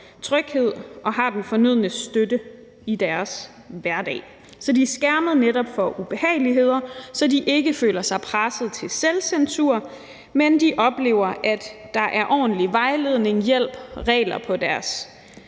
tryghed og har den fornødne støtte i deres hverdag, så de netop er skærmet for ubehageligheder, og så de ikke føler sig presset til selvcensur, men oplever, at der er ordentlig vejledning, hjælp og regler på deres